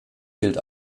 gilt